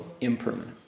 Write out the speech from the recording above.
impermanent